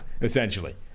essentially